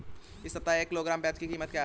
इस सप्ताह एक किलोग्राम प्याज की कीमत क्या है?